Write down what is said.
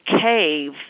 cave